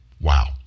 Wow